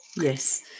Yes